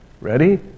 Ready